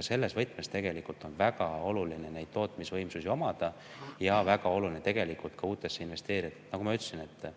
Selles võtmes on väga oluline tootmisvõimsusi omada ja väga oluline on tegelikult ka uutesse investeerida. Nagu ma ütlesin,